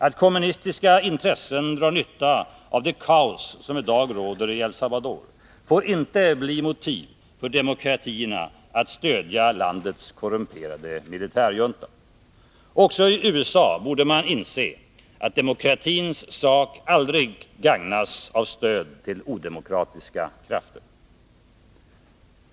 Att kommunistiska intressen drar nytta av det kaos som i dag råder i El Salvador får inte bli motiv för demokratierna att stödja landets korrumperade militärjunta. Också i USA borde man inse att demokratins sak aldrig gagnas av stöd till odemokratiska krafter.